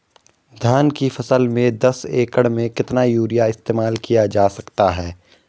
धान की फसल में दस एकड़ में कितना यूरिया इस्तेमाल किया जा सकता है?